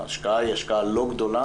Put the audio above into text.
ההשקעה לא גדולה,